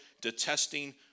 detesting